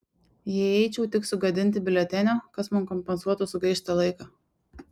jei eičiau tik sugadinti biuletenio kas man kompensuotų sugaištą laiką